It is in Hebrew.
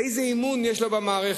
איזה אמון יש לו במערכת?